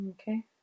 Okay